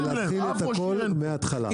זה להתחיל את הכל מההתחלה,